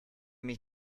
mich